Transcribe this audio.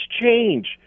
change